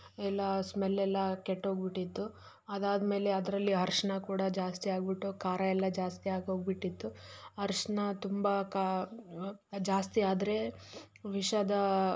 ಎಲ್ಲ ಸ್ಮೆಲ್ ಎಲ್ಲ ಕೆಟ್ಟೋಗಿ ಬಿಟ್ಟಿತ್ತು ಅದಾದ್ಮೇಲೆ ಅದರಲ್ಲಿ ಅರ್ಶಿನ ಕೂಡ ಜಾಸ್ತಿ ಆಗಿಬಿಟ್ಟು ಖಾರ ಎಲ್ಲ ಜಾಸ್ತಿ ಆಗೋಗ್ಬಿಟ್ಟಿತ್ತು ಅರ್ಶಿನ ತುಂಬ ಕಾ ಜಾಸ್ತಿ ಆದರೆ ವಿಷದ